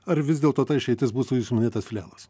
ar vis dėlto ta išeitis būtų jūsų minėtas filialas